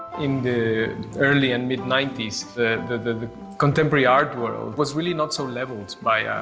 in the early and mid ninety s, the, the, the contemporary art world was really not so leveled by, ah,